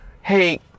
Hey